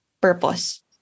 purpose